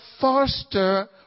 foster